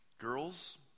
Girls